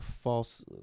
false